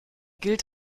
gilt